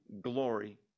glory